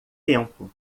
tempo